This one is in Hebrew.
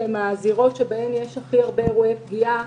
שהן הזירות שבהן יש הכי הרבה אירועי פגיעה,